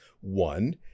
One